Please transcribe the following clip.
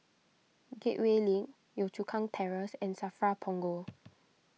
Gateway Link Yio Chu Kang Terrace and Safra Punggol